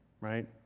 Right